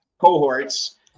cohorts